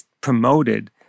promoted